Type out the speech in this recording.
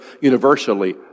universally